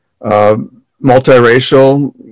multiracial